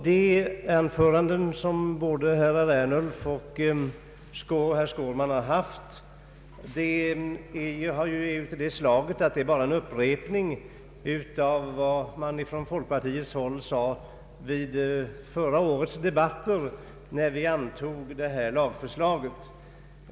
De anföranden som både herr Ernulf och herr Skårman har hållit innebär väl bara en upprepning av vad man från folkpartiets sida sade vid förra årets debatter, när denna lag antogs.